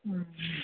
ह्म्म